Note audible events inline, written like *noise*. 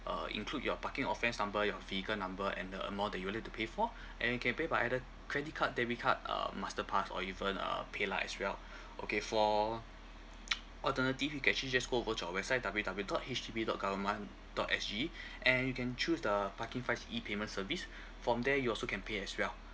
uh include your parking offence number your vehicle number and the amount that you'll need to pay for and you can pay by either credit card debit card uh masterpass or even uh paylah as well *breath* okay for *noise* alternatively can actually just go over to our website W W dot H D B dot government dot S G *breath* and you can choose the parking fines E payment service *breath* from there you also can pay as well